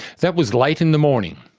that was late in the morning.